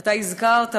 אתה הזכרת,